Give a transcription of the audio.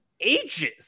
ages